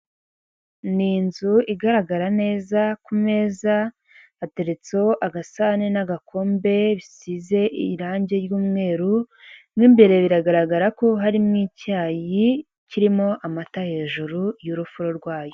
Ni inzu igaragara neza, ku meza hateretseho agasani n'agakombe bisize irangi ry'umweru, mo imbere biragaragara ko harimo icyayi kirimo amata hejuru y'urufuro rwayo.